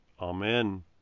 Amen